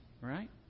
Right